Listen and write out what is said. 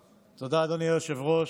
תודה, אדוני היושב-ראש.